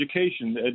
education